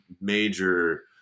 major